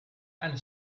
and